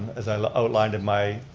as i outlined in my